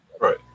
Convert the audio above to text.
Right